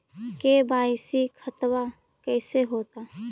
KYC खतबा कैसे होता?